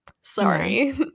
Sorry